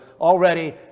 already